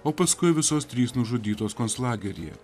o paskui visos trys nužudytos konclageryje